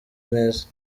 neza